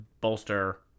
bolster